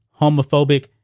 homophobic